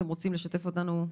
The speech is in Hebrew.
אתם רוצים לשתף אותנו?